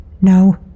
No